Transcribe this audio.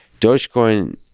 Dogecoin